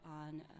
on